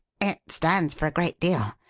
it stands for a great deal.